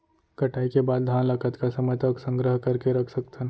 कटाई के बाद धान ला कतका समय तक संग्रह करके रख सकथन?